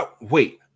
Wait